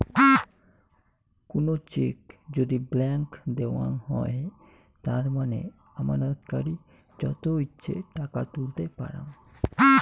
কুনো চেক যদি ব্ল্যান্ক দেওয়াঙ হই তার মানে আমানতকারী যত ইচ্ছে টাকা তুলতে পারাং